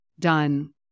done